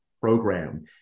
Program